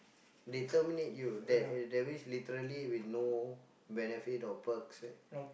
they terminate you that that means literally with no benefit or perks eh